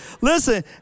listen